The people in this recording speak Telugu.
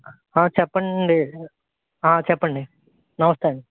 ఆ చెప్పండి ఆ చెప్పండి నమస్తే అండి